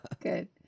Good